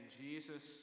Jesus